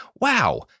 Wow